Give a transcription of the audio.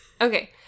Okay